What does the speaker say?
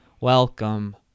Welcome